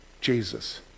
Jesus